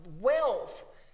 wealth